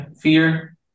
fear